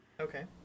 Okay